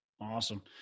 Awesome